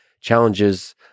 challenges